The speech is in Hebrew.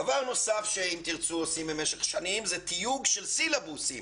דבר נוסף ש"אם תרצו" עושים במשך שנים זה תיוג של סילבוסים